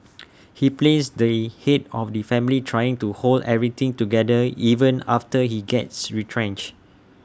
he plays the Head of the family trying to hold everything together even after he gets retrenched